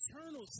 Eternal